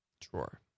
drawer